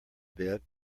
bit